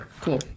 Cool